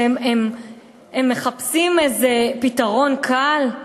שהם מחפשים איזה פתרון קל?